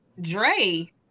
Dre